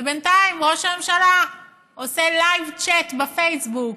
ובינתיים ראש הממשלה עושה לייב-צ'ט בפייסבוק,